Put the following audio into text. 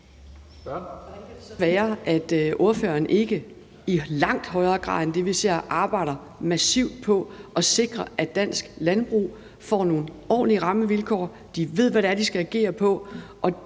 det så være, at ordføreren ikke i langt højere grad end det, vi ser, arbejder massivt på at sikre, at dansk landbrug får nogle ordentlige rammevilkår, og at de ved, hvad det er, de skal agere på?